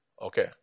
Okay